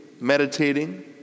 meditating